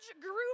group